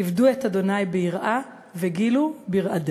"עבדו את ה' ביראה וגילו ברעדה",